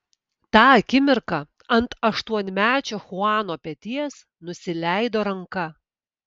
tą akimirką ant aštuonmečio chuano peties nusileido ranka